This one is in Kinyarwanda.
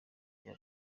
cya